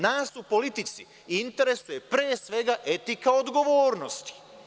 Nas u politici interesuje, pre svega etika odgovornosti.